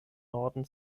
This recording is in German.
norden